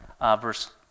verse